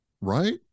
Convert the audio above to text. right